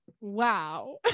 Wow